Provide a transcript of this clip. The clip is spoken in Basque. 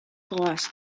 goaz